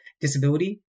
disability